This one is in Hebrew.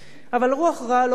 אבל רוח רעה לא פחות,